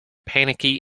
panicky